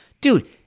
Dude